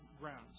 grounds